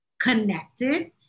connected